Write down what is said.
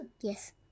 Yes